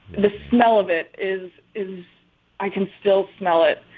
the smell of it is, is i can still smell it.